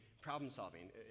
problem-solving